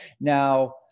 Now